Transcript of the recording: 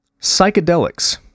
Psychedelics